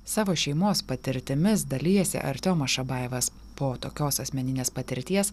savo šeimos patirtimis dalijasi artiomas šabajevas po tokios asmeninės patirties